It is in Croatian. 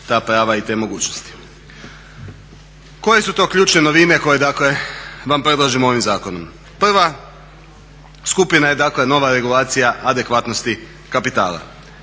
ta prava i te mogućnosti. Koje su to ključne novine koje dakle vam predlažemo ovim zakonom? Prva skupina je dakle nova regulacija adekvatnosti kapitala.